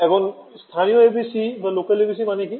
এখন স্থানীয় ABC মানে কি